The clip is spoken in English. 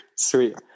Sweet